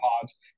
pods